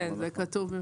כן, זה כתוב במפורש.